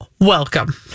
Welcome